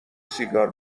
سیگار